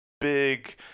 big